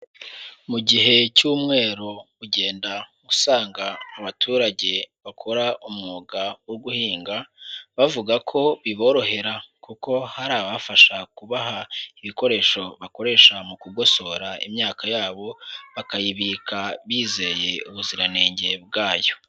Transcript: Mu gihe cy'umwero ugenda usanga abaturage bakora umwuga wo guhinga bavuga ko biborohera, kuko hari ababafasha kubaha ibikoresho bakoresha mu kugosora imyaka yabo bakayibika bizeye ubuziranenge bwayo.